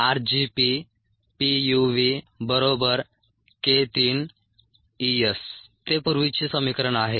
rgPk3 ES ते पूर्वीचे समीकरण आहे